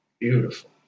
Beautiful